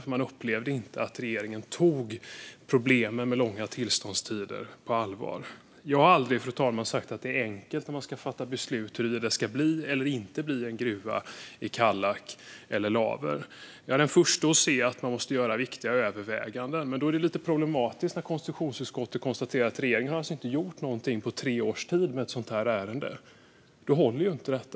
De upplevde inte att regeringen tog problemen med långa tider i tillståndsprocessen på allvar. Fru talman! Jag har aldrig sagt att det är enkelt när man ska fatta beslut om huruvida det ska bli eller inte bli en gruva i Kallak eller Laver. Jag är den förste att se att man måste göra viktiga överväganden. Det blir lite problematiskt när konstitutionsutskottet konstaterar att regeringen inte har gjort något på tre års tid i ärendet. Då håller inte det hela.